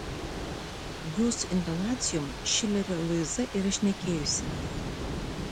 jūsų intonacijom šilerio luiza yra šnekėjusi